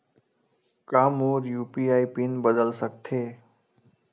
का मोर UPI PIN बदल सकथे?